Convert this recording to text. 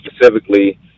specifically